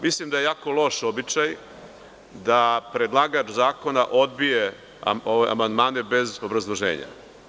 Mislim da je jako loš običaj da predlagač zakona odbije amandmane bez obrazloženja.